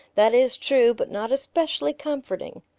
that is true but not especially comforting.